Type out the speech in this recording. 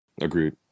agreed